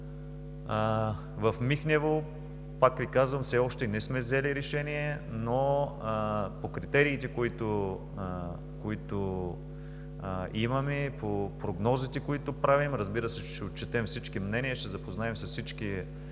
В Михнево, пак Ви казвам, все още не сме взели решение, но по критериите, които имаме, по прогнозите, които правим, разбира се, че ще отчетем всички мнения, ще се запознаем с всички